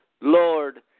Lord